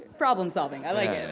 problem solving. i like it.